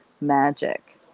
magic